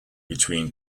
between